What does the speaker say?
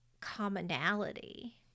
commonality